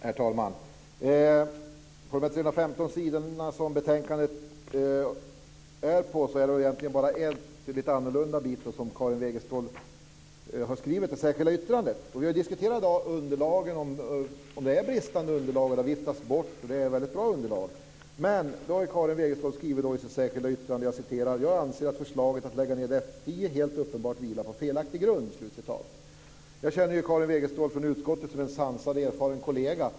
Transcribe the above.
Herr talman! Av betänkandets 315 sidor är det väl egentligen bara en liten bit som Karin Wegestål har berört i sitt särskilda yttrande. Vi har i dag diskuterat om det är ett bristande underlag. Det har viftats bort. Det är ett väldigt bra underlag. Men Karin Wegestål har skrivit så här i sitt särskilda yttrande: "Jag anser att förslaget att lägga ned F10 helt uppenbart vilar på felaktig grund". Jag känner Karin Wegestål från utskottet som en sansad och erfaren kollega.